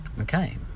Okay